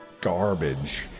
garbage